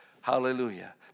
Hallelujah